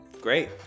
Great